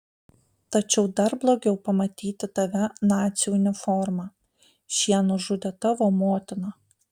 tačiau dar blogiau pamatyti tave nacių uniforma šie nužudė tavo motiną